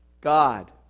God